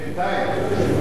בינתיים.